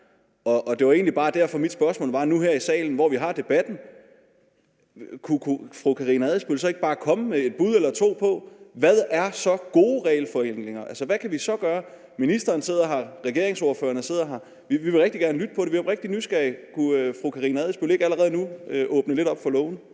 Det var egentlig bare derfor, jeg stillede mit spørgsmål nu her i salen, hvor vi har debatten. Kunne fru Karina Adsbøl så ikke bare komme med et bud eller to på, hvad gode regelforenklinger så er, altså hvad kan vi så gøre? Ministeren sidder her, regeringsordførerne sidder her, vi vil rigtig gerne lytte på det. Vi er oprigtigt nysgerrige. Kunne fru Karina Adsbøl ikke allerede nu åbne lidt op for lågen?